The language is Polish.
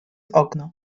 okno